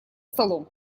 столом